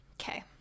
Okay